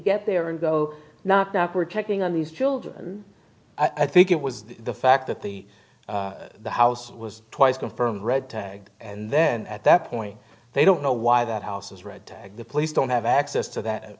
get there and go not now we're checking on these children i think it was the fact that the the house was twice confirmed red tagged and then at that point they don't know why that house was red tagged the police don't have access to